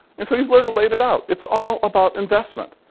and so he laid and laid it out. it's all about investment.